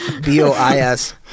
B-O-I-S